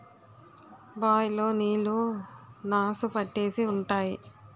bye లో నీళ్లు నాసు పట్టేసి ఉంటాయి